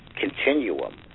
continuum